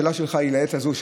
השאלה שלך היא לעת הזו,